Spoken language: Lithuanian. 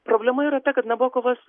problema yra ta kad nabokovas